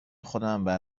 خودمم